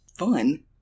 fun